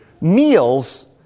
meals